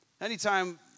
Anytime